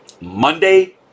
Monday